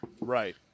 Right